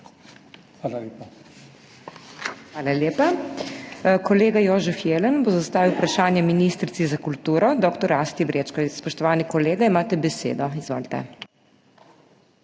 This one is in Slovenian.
HOT:** Hvala lepa. Kolega Jožef Jelen bo zastavil vprašanje ministrici za kulturo dr. Asti Vrečko. Spoštovani kolega, imate besedo. Izvolite.